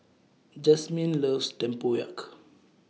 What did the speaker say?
Jasmine loves Tempoyak